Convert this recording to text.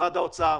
למשרד האוצר,